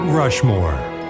Rushmore